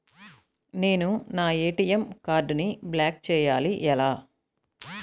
నేను నా ఏ.టీ.ఎం కార్డ్ను బ్లాక్ చేయాలి ఎలా?